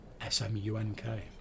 S-M-U-N-K